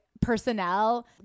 personnel